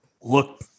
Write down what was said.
look